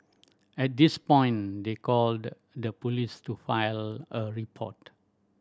at this point they called the police to file a report